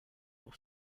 pour